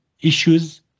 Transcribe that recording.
issues